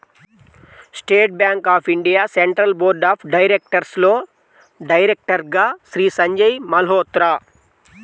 state Bank of India Central Board of డైరెక్టర్స్లో డైరెక్టర్గా శ్రీ సంజయ్ మల్హోత్రా